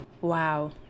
Wow